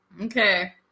Okay